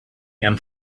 and